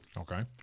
Okay